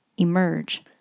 emerge